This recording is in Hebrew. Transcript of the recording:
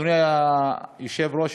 אדוני היושב-ראש,